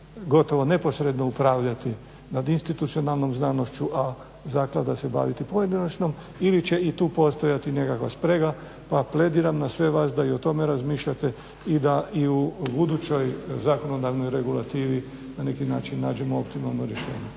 gotovo neposredno upravljati nad institucionalnom znanošću, a zaklada se baviti pojedinačnom ili će i tu postojati nekakva sprega pa plediram na sve vas da i o tome razmišljate i da i u budućoj zakonodavnoj regulativi na neki način nađemo optimalno rješenje.